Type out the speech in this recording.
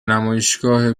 نمایشگاه